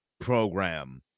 program